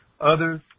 others